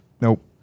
Nope